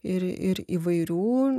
ir ir įvairių